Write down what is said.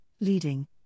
leading